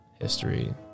history